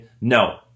no